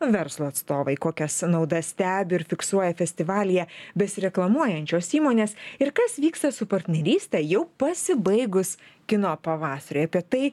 verslo atstovai kokias naudas stebi ir fiksuoja festivalyje besireklamuojančios įmonės ir kas vyksta su partneryste jau pasibaigus kino pavasariui apie tai